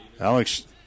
Alex